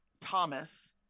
Thomas